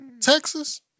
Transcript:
Texas